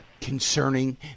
concerning